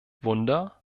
wunder